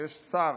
כשיש שר